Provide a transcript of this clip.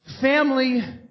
family